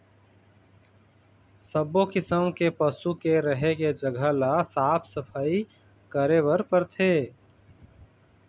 सब्बो किसम के पशु के रहें के जघा ल साफ सफई करे बर परथे